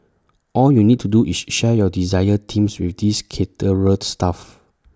all you need to do is share your desired themes with this caterer's staff